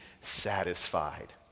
satisfied